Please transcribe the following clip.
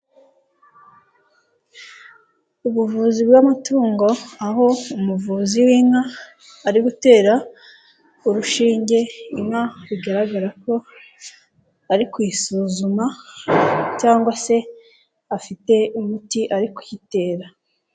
Ubuvuzi bw'amatungo, aho umuvuzi w'inka ari gutera urushinge inka, bigaragara ko ari kuyisuzuma cyangwa se afite umuti ari kuyitera.